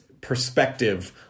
perspective